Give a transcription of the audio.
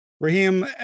Raheem